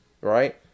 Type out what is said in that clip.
right